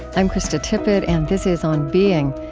i'm krista tippett, and this is on being.